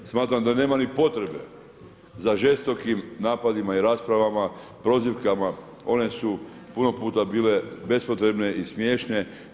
Smatram da nema ni potrebe za žestokim napadima i raspravama, prozivkama, one su puno puta bile bespotrebne i smiješne.